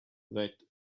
that